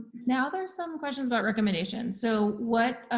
now there are some questions about recommendations. so what